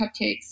cupcakes